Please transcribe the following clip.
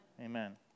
Amen